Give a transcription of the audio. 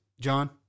John